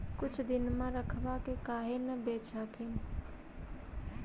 कुछ दिनमा रखबा के काहे न बेच हखिन?